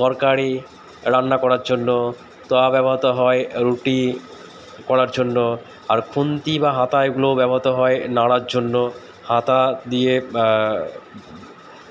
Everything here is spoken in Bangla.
তরকারি রান্না করার জন্য তাওয়া ব্যবহত হয় রুটি করার জন্য আর খুন্তি বা হাতা এগুলোও ব্যবহত হয় নাড়ার জন্য হাতা দিয়ে